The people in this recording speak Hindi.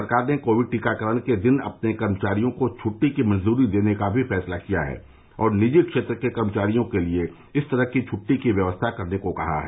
सरकार ने कोविड टीकाकरण के दिन अपने कर्मचारियों को छुट्टी की मंजूरी देने का फैसला किया है और निजी क्षेत्र के कर्मचारियों के लिए इस तरह की छूटी की व्यवस्था करने को कहा है